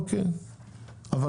אני לא רוצה לזרוק מספר.